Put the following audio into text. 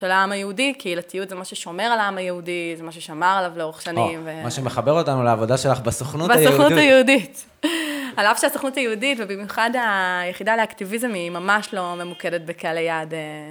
של העם היהודי, קהילתיות זה מה ששומר על העם היהודי, זה מה ששמר עליו לאורך שנים, ו... מה שמחבר אותנו לעבודה שלך בסוכנות היהודית. על אף שהסוכנות היהודית, ובמיוחד היחידה לאקטיביזם, היא ממש לא ממוקדת בקהל היעד...